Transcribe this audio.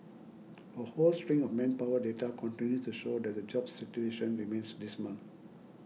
a whole string of manpower data continues to show that the jobs situation remains dismal